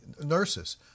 nurses